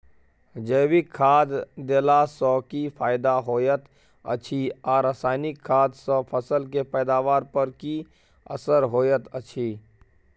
जैविक खाद देला सॅ की फायदा होयत अछि आ रसायनिक खाद सॅ फसल के पैदावार पर की असर होयत अछि?